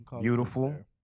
Beautiful